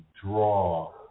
draw